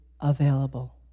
available